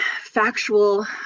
factual